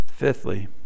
Fifthly